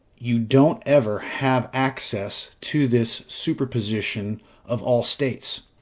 you don't ever have access to this superposition of all states.